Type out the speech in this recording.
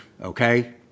okay